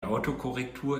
autokorrektur